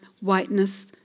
whiteness